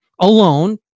alone